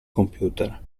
computer